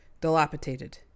dilapidated